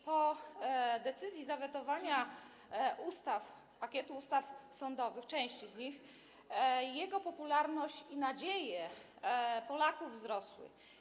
Po decyzji zawetowania ustaw, pakietu ustaw sądowych, części z tych ustaw, jego popularność i nadzieje Polaków wzrosły.